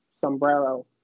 sombrero